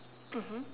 mmhmm